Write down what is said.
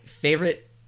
favorite